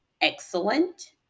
excellent